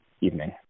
evening